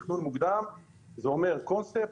תכנון מוקדם זה אומר קונספט,